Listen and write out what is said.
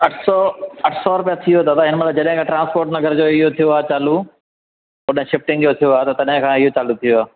अठ सौ अठ सौ रुपया थी वयो अथव दादा जेॾी महिल ट्रांस्पोर्ट नगर जो इहो थियो आहे चालू ओॾांहं शिफ्टिंग जो थियो आहे त तॾहिं खां इहो चालू थियो आहे